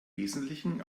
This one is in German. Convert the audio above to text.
wesentlichen